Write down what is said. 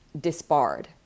disbarred